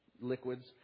liquids